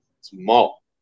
small